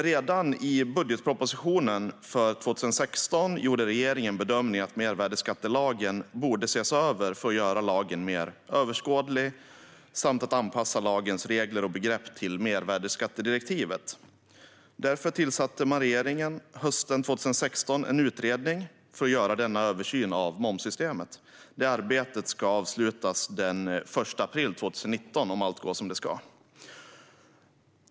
Redan i budgetpropositionen för 2016 gjorde regeringen bedömningen att mervärdesskattelagen borde ses över för att göra lagen mer överskådlig och anpassa lagens regler och begrepp till mervärdesskattedirektivet. Därför tillsatte regeringen hösten 2016 en utredning för att göra denna översyn av momssystemet. Det arbetet ska avslutas den 1 april 2019, om allt går som det ska.